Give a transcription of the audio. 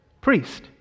priest